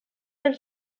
del